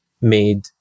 made